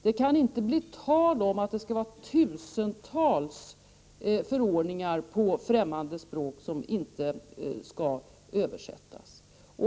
Det kan inte bli tal om att det skall finnas tusentals förordningar på främmande språk som inte kommer att översättas.